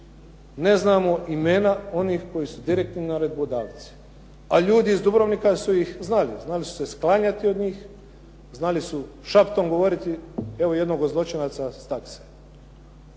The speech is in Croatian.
ne znamo imena onih koji su direktni naredbodavci, a ljudi iz Dubrovnika su ih znali. Znali su se sklanjati od njih, znali su šaptom govoriti evo jednog od zločinaca s ...